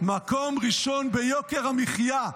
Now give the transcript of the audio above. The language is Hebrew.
מקום ראשון ביוקר המחיה,